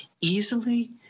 easily